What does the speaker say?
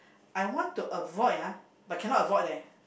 I want to avoid ah but cannot avoid leh